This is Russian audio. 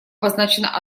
обозначена